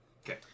okay